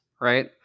right